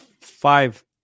five